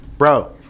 Bro